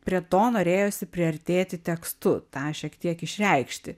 prie to norėjosi priartėti tekstu tą šiek tiek išreikšti